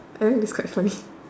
I mean it's quite funny